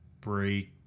break